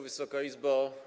Wysoka Izbo!